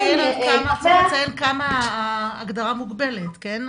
צריך לציין כמה ההגדרה מוגבלת, כן?